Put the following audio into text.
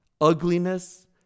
ugliness